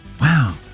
Wow